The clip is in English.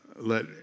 let